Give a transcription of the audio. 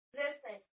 listen